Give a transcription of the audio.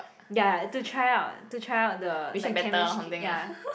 ya to try out to try out the like chemistry ya